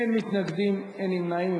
אין מתנגדים, אין נמנעים.